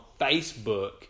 Facebook